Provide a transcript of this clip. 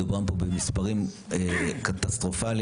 מדובר פה במספרים קטסטרופליים,